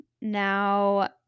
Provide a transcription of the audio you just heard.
Now